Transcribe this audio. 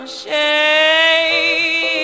shame